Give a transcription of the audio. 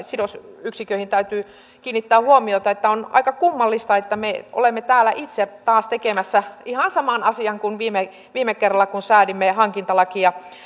sidosyksiköihin täytyy kiinnittää huomiota että on aika kummallista että me olemme täällä itse taas tekemässä ihan saman asian kuin viime kerralla kun säädimme hankintalakia